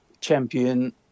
Champion